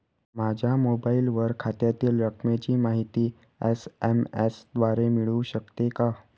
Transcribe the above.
माझ्या मोबाईलवर खात्यातील रकमेची माहिती एस.एम.एस द्वारे मिळू शकते का?